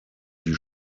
die